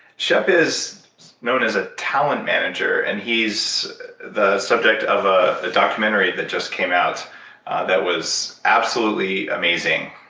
shep is known as a talent manager. and he's the subject of a documentary that just came out that was absolutely amazing.